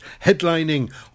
Headlining